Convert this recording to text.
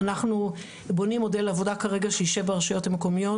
אנחנו בונים מודל עבודה כרגע שיישב ברשויות המקומיות,